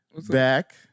back